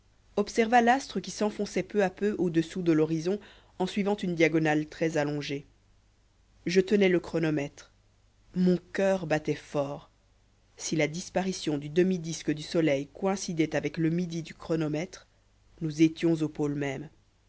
observa l'astre qui s'enfonçait peu à peu au-dessous de l'horizon en suivant une diagonale très allongée je tenais le chronomètre mon coeur battait fort si la disparition du demi disque du soleil coïncidait avec le midi du chronomètre nous étions au pôle même